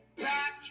back